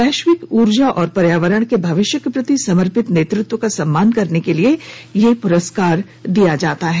वैश्विक ऊर्जा और पर्यावरण के भविष्य के प्रति समर्पित नेतृत्वं का सम्मान करने के लिए यह पुरस्कार दिया जाता है